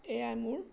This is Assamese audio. এয়াই মোৰ